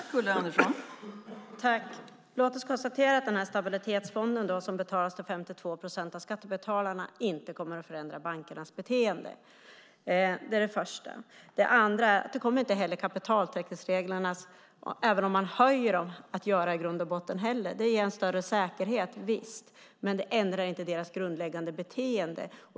Fru talman! Låt oss konstatera att stabilitetsfonden som till 52 procent betalas av skattebetalarna inte kommer att förändra bankernas beteende. Det kommer inte heller kapitaltäckningskraven att göra även om man höjer dem. Det ger en större säkerhet, men det ändrar inte bankernas grundläggande beteende.